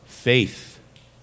faith